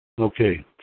Okay